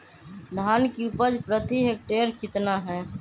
धान की उपज प्रति हेक्टेयर कितना है?